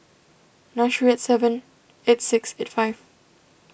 nine three eight seven eight six eight five